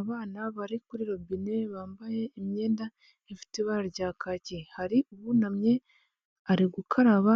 Abana bari kuri robine bambaye imyenda ifite ibara rya kaki, hari uwunamye ari gukaraba